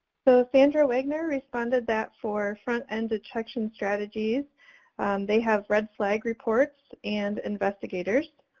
so, sandra wagner responded that for front-end detection strategies they have red flag reports and investigators.